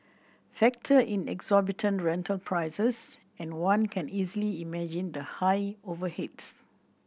factor in exorbitant rental prices and one can easily imagine the high overheads